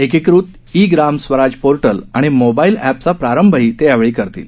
एकीकृत e Gram Swaraj portal आणि mobile एपचा प्रारंभही ते यावेळी करतील